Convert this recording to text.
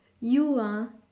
you ah